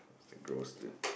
it's the gross dude